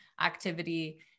activity